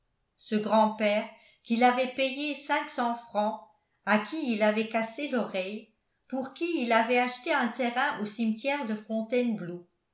ce grand-père qu'il avait payé cinq cents francs à qui il avait cassé l'oreille pour qui il avait acheté un terrain au cimetière de fontainebleau